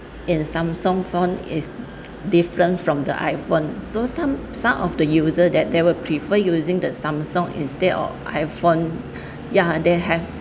in the samsung phone is different from the iphone so some some of the user that they will prefer using the samsung instead of iphone ya they have